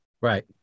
Right